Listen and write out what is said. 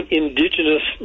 indigenous